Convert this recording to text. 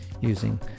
using